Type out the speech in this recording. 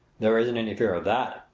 there isn't any fear of that!